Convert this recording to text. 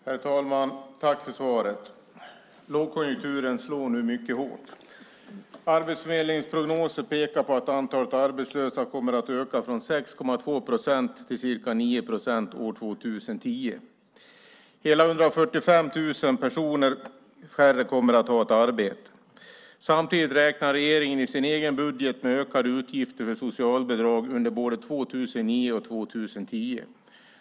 Fru talman! Tack för svaret, arbetsmarknadsministern! Lågkonjunkturen slår nu mycket hårt. Arbetsförmedlingens prognoser pekar på att antalet arbetslösa kommer att öka från 6,2 procent till ca 9 procent år 2010. Hela 145 000 personer färre kommer att ha ett arbete: Samtidigt räknar regeringen i sin egen budget med ökade utgifter för socialbidrag under både 2009 och 2010.